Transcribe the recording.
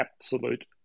absolute